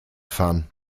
fahren